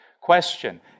question